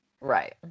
Right